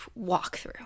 walkthrough